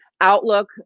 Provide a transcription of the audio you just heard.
outlook